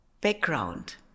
background